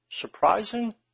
Surprising